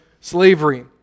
slavery